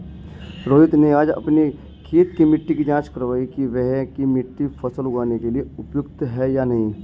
रोहित ने आज अपनी खेत की मिट्टी की जाँच कारवाई कि वहाँ की मिट्टी फसल उगाने के लिए उपयुक्त है या नहीं